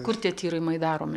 kur tie tyrimai daromi